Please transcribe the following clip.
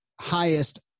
highest